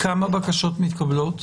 כמה בקשות מתקבלות?